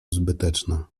zbyteczna